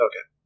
Okay